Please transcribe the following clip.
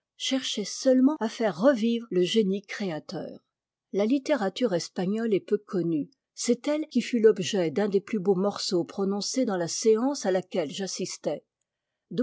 cherchait seulement à faire revivre le génie créateur la littérature espagnole est peu connue c'est e e qui fut l'objet d'un des plus beaux morceaux prononcés dans la séance à laquelle j'assistai w